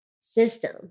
system